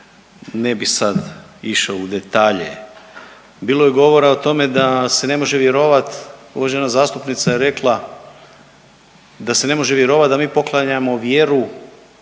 ne bi sad išao u detalje, bilo je govora o tome da se ne može vjerovat, uvažena zastupnica je rekla da se ne može vjerovat da mi poklanjamo vjeru